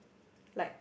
like